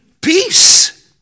peace